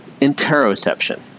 interoception